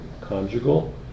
conjugal